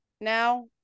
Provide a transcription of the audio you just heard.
now